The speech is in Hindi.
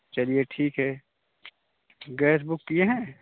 चलिए ठीक है गैस बुक किए हैं